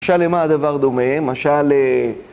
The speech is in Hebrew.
‫משל, למה הדבר הדומה? ‫משל ל...